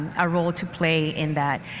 a role to play in that.